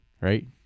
right